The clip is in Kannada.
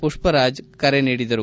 ಪುಷ್ವರಾಜ್ ಕರೆ ನೀಡಿದರು